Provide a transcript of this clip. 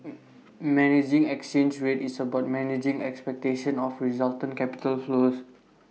managing exchange rate is about managing expectation of resultant capital flows